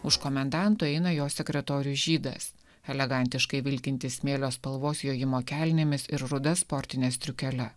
už komendanto eina jo sekretorius žydas elegantiškai vilkintis smėlio spalvos jojimo kelnėmis ir ruda sportine striukele